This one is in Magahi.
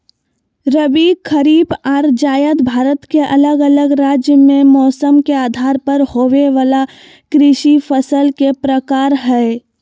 रबी, खरीफ आर जायद भारत के अलग अलग राज्य मे मौसम के आधार पर होवे वला कृषि फसल के प्रकार हय